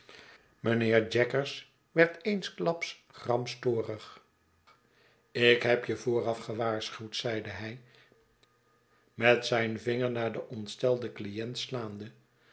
mijnheer jaggers werd eensklaps gramstorig ik heb je vooraf gewaarschuwd zeide hij met zijn vinger naar den ontstelden client slaande